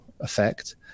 effect